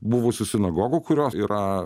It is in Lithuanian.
buvusių sinagogų kurios yra